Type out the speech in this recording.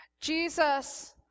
Jesus